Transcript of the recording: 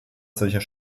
solcher